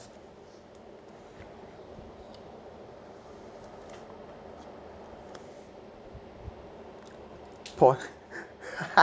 poor